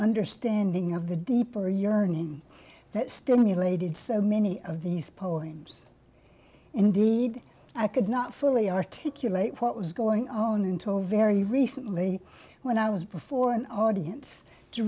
understanding of the deeper yearning that stimulated so many of these poems indeed i could not fully articulate what was going oh and told very recently when i was before an audience to